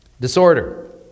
Disorder